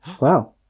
Wow